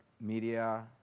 media